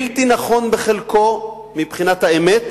בלתי נכון בחלקו מבחינת האמת,